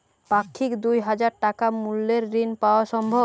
পাক্ষিক দুই হাজার টাকা মূল্যের ঋণ পাওয়া সম্ভব?